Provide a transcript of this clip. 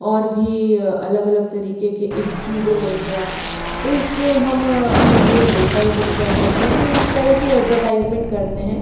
और भी अलग अलग तरीक़े के इक्सिगो हो गया तो इस पर हम अपने लिए होटल बुक कर सकते हैं तो इस तरह की ऐड्वर्टाइज़मेंट करते हैं